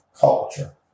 culture